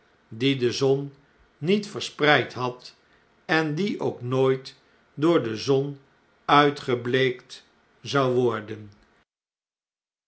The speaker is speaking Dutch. dien de zon niet verspreid had en die ook nooit door de zon uitgebleekt zou worden